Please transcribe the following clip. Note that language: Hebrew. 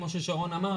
כמו ששרון אמר,